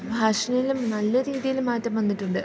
ഫാഷനിലും നല്ല രീതിയിൽ മാറ്റം വന്നിട്ടുണ്ട്